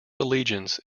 allegiance